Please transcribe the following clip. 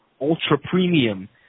ultra-premium